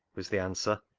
was the answer.